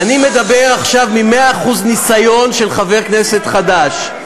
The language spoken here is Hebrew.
אני מדבר עכשיו ממאה אחוז ניסיון של חבר כנסת חדש.